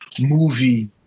movie